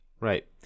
Right